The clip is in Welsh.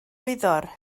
wyddor